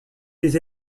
des